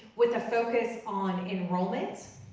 with a focus on enrollment,